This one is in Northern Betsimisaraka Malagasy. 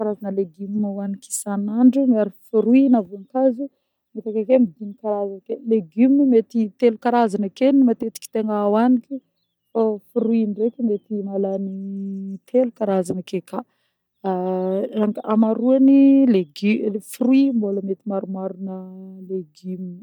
Karazagna légumes hoanik'isanandro miaro fruits na vônkazo misy akeke amin'ny dimy karazany ake: légume mety telo karazany ake no matetiky tegna hoaniko fô fruits ndreky mety mahalany telo karazany ake koà amaroany légumes fruits mbôla mety maromarona légume.